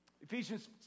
Ephesians